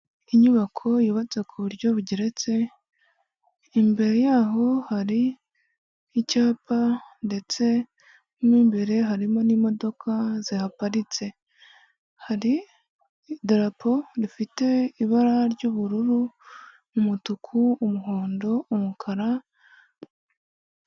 Inyubako yubatse ku buryo bugeretse, imbere yaho hari icyapa ndetse mo imbere harimo n'imodoka zihaparitse. Hari idorapo rifite ibara ry'ubururu, umutuku, umuhondo, umukara.